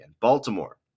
Baltimore